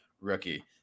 rookie